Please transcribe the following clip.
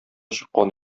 чыккан